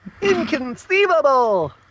Inconceivable